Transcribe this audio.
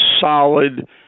solid